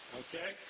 okay